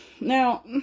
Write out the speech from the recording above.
Now